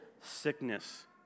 sickness